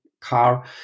car